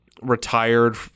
retired